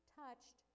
touched